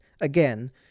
again